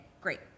great